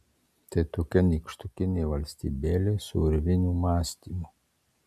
tai tokia nykštukinė valstybėlė su urvinių mąstymu